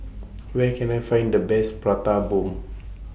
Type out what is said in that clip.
Where Can I Find The Best Prata Bomb